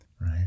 right